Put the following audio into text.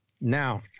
now